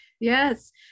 Yes